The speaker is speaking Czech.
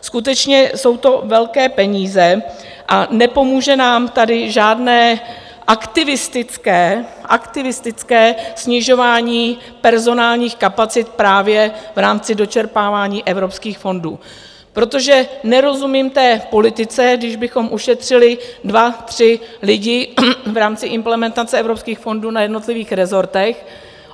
Skutečně jsou to velké peníze a nepomůže nám tady žádné aktivistické snižování personálních kapacit právě v rámci dočerpávání evropských fondů, protože nerozumím té politice, když bychom ušetřili dva tři lidi v rámci implementace evropských fondů na jednotlivých rezortech,